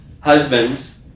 Husbands